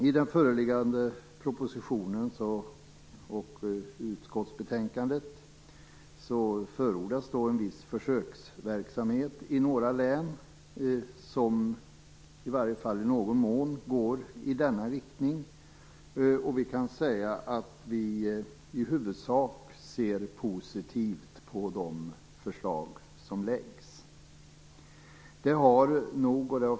I den föreliggande propositionen och i utskottsbetänkandet förordas en viss försöksverksamhet i några län, som i varje fall i någon mån går i denna riktning. Vi ser i huvudsak positivt på de förslag som läggs fram.